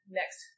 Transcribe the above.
next